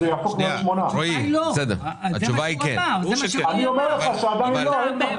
אני אומר לך שעדיין לא.